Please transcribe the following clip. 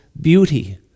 beauty